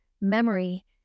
memory